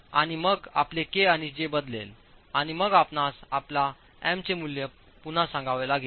आणि मग आपले k व j बदलेल आणि मग आपणास आपल्या M चे मूल्य पुन्हा सांगावे लागेल